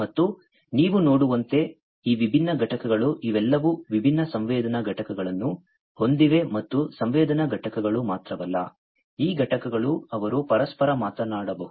ಮತ್ತು ನೀವು ನೋಡುವಂತೆ ಈ ವಿಭಿನ್ನ ಘಟಕಗಳು ಇವೆಲ್ಲವೂ ವಿಭಿನ್ನ ಸಂವೇದನಾ ಘಟಕಗಳನ್ನು ಹೊಂದಿವೆ ಮತ್ತು ಸಂವೇದನಾ ಘಟಕಗಳು ಮಾತ್ರವಲ್ಲ ಈ ಘಟಕಗಳು ಅವರು ಪರಸ್ಪರ ಮಾತನಾಡಬಹುದು